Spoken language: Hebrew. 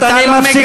(מחיאות כפיים) אתה לא מגנה,